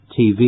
TV